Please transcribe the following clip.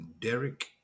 Derek